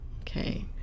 Okay